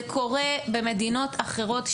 זה קורה במדינות אחרות,